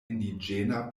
indiĝena